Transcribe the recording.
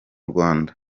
rwanda